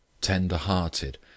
tender-hearted